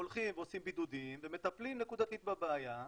עושים בידודים ומטפלים נקודתית בבעיה,